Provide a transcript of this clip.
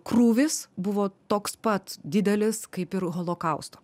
krūvis buvo toks pat didelis kaip ir holokausto